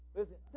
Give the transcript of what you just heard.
listen